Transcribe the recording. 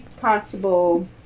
Constable